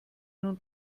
nun